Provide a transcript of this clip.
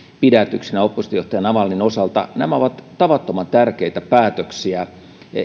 pidätyksinä oppositiojohtaja navalnyin osalta nämä ovat tavattoman tärkeitä päätöksiä